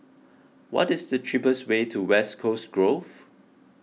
what is the cheapest way to West Coast Grove